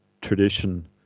tradition